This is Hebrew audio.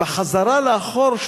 בחזרה לאחור,